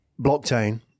Blockchain